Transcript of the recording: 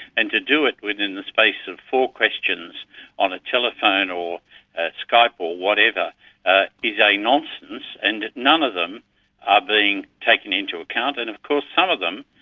and to do it within the space of four questions on a telephone or ah skype or whatever ah is a nonsense, and none of them are being taken into account, and of course some um of them.